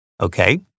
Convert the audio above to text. Okay